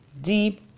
deep